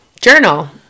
Journal